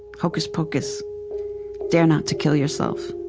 hocus pocus dare not to kill yourself.